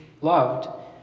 loved